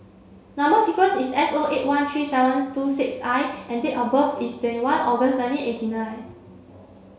number sequence is S O eight one three seven two six I and date of birth is twenty one August nineteen eighty nine